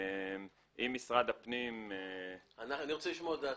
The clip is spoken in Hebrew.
אם משרד הפנים --- אני רוצה לשמוע את דעתכם,